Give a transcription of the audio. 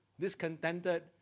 discontented